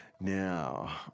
Now